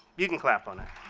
you can clap on